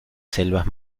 selvas